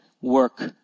work